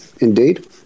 Indeed